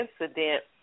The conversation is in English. incident